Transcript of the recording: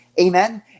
Amen